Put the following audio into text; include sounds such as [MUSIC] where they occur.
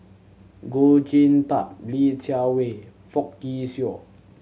Goh Sin Tub Li Jiawei Fock [UNINTELLIGIBLE]